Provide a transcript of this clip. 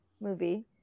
movie